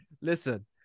listen